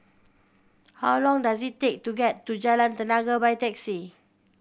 how long does it take to get to Jalan Tenaga by taxi